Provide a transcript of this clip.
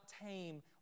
tame